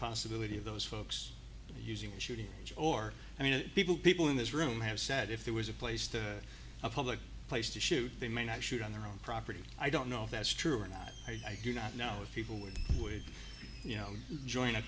possibility of those folks using shooting or i mean people people in this room have said if there was a place to a public place to shoot they may not shoot on their own property i don't know if that's true or not i do not know if people with would you know join a